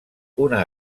una